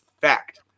fact